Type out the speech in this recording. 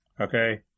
Okay